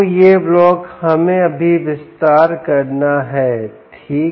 तो यह ब्लॉक हमें अभी विस्तार करना है ठीक